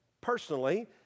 personally